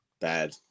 Bad